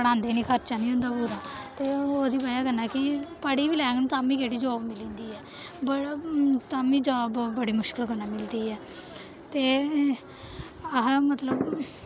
पढ़ांदे निं खर्चा निं होंदा पूरा ते ओह् दी बजह कन्नै कि पढ़ी बी लैग तां बी केह्ड़ी जाब मिली जंदी ऐ तां बी जाब बड़ी मुश्कल कन्नै मिलदी ऐ ते असें मतलब